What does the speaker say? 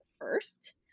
first